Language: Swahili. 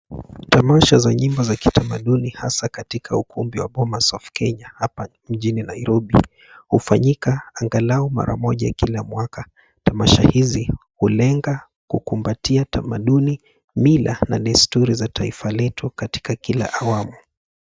Tamasha za nyimbo za kitamaduni hasa katika ukumbi wa bomas of kenya, hapa mjini Nairobi, hufanyika angalau mara moja kila mwaka. Tamasha hizi, hulenga kukumbatia tamaduni, mila na desturi za taifa letu katika kila awamu.